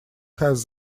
have